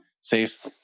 Safe